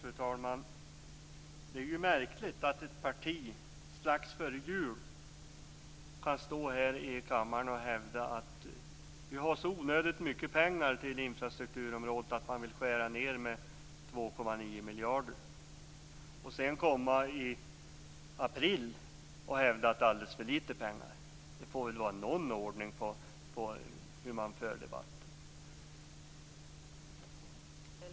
Fru talman! Det är ju märkligt att ett parti strax före jul hävdade här i kammaren att vi hade så onödigt mycket pengar till infrastrukturområdet att man ville skära ned med 2,9 miljarder, när man i april hävdar att det är alldeles för lite pengar. Det får väl vara någon ordning på hur man för debatten.